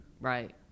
Right